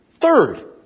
Third